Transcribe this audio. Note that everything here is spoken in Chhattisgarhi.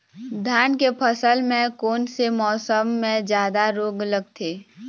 धान के फसल मे कोन से मौसम मे जादा रोग लगथे?